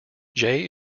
jay